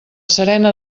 serena